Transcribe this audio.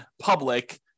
public